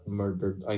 murdered